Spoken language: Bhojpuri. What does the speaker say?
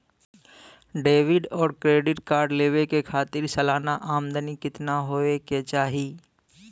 डेबिट और क्रेडिट कार्ड लेवे के खातिर सलाना आमदनी कितना हो ये के चाही?